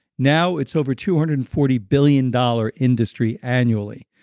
now it's over two hundred and forty billion dollars industry annually.